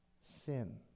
sin